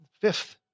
Fifth